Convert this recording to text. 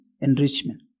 enrichment